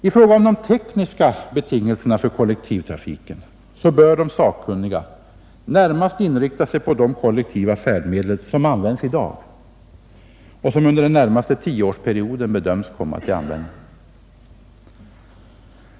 I fråga om de tekniska betingelserna för kollektivtrafiken bör de sakkunniga närmast inrikta sig på de kollektiva färdmedel som används i dag och som under den närmaste tioårsperioden bedöms komma att bli använda.